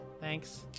Thanks